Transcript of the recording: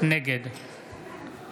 נגד